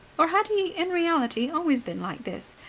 or had he in reality always been like this,